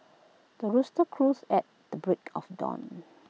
the rooster crows at the break of dawn